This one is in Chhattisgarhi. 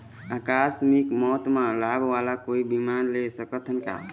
आकस मिक मौत म लाभ वाला कोई बीमा ले सकथन का?